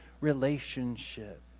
relationship